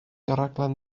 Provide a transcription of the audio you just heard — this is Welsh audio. raglen